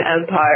Empire